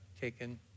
taken